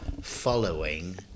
following